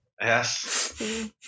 Yes